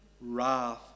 wrath